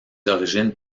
origines